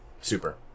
super